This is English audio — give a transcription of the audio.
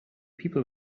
people